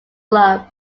club